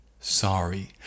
sorry